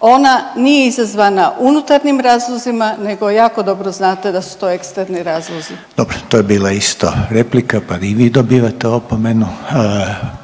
Ona nije izazvana unutarnjim razlozima, nego jako dobro znate da su to eksterni razlozi. **Reiner, Željko (HDZ)** Dobro, to je bila isto replika pa i vi dobivate opomenu.